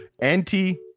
Anti-